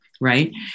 Right